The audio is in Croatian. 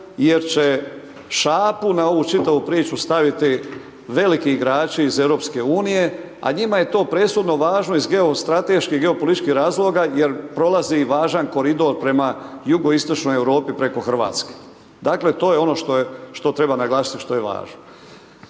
jer će šapu na ovu čitavu priču staviti veliki igrači iz EU a njima je to presudno važno iz geostrateških i geopolitičkih razloga jer prolazi i važan koridor prema jugoistočnoj Europi preko Hrvatske. Dakle to je ono što je, što treba naglasiti što je važno.